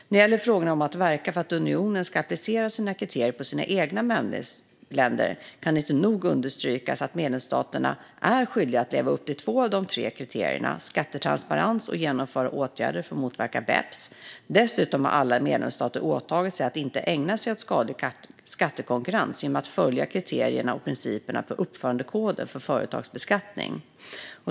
När det gäller frågan om att verka för att unionen ska applicera sina kriterier på sina egna medlemsländer kan det inte nog understrykas att medlemsstaterna är skyldiga att leva upp till två av de tre kriterierna: skattetransparens och genomföra åtgärder för att motverka BEPS. Dessutom har alla medlemsstater åtagit sig att inte ägna sig åt skadlig skattekonkurrens genom att följa kriterierna och principerna i uppförandekoden för företagsbeskattning.